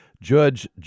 Judge